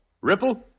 Ripple